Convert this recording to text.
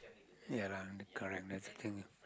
ya lah correct that's the thing